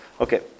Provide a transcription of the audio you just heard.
Okay